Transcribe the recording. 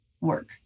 work